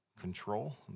control